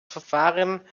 verfahren